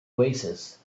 oasis